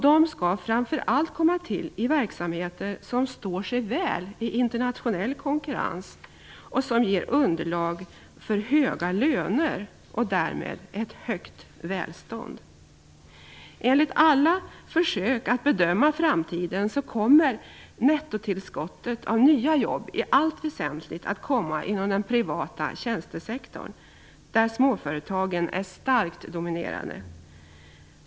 De ska framför allt komma till i verksamheter som står sig väl i internationell konkurrens och som ger underlag för höga löner och därmed ett högt välstånd. Enligt alla försök att bedöma framtiden kommer nettotillskottet av nya jobb i allt väsentligt att komma inom den privata tjänstesektorn, där småföretagen är starkt dominerande.